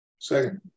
Second